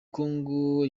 kongo